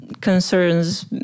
concerns